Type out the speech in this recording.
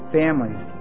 families